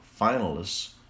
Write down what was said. finalists